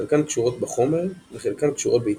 חלקן קשורות בחומר וחלקן קשורות בהתנהגות.